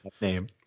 name